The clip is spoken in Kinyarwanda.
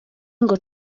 ngo